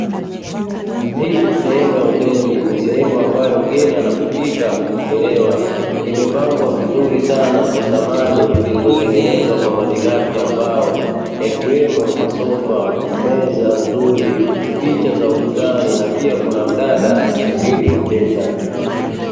Hii ni sehemu ya hoteli, ni sehemu ambayo mgeni anapofika hupokelewa. Imepambwa vizuri sana kwa thamani zilizotengenezwa kwa malighafi ya mbao yakiwemo masofa, meza nzuri, picha za ukutani na pia kuna mdada akisubiri wateja.